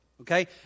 Okay